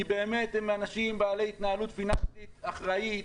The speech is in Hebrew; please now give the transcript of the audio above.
כי הם אנשים בעלי התנהלות פיננסית אחראית